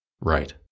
Right